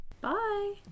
bye